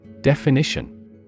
Definition